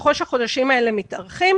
ככול שהחודשים האלה מתארכים,